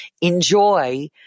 enjoy